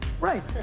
Right